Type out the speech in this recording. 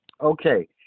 Okay